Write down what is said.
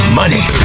money